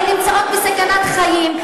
הן נמצאות בסכנת חיים,